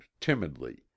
timidly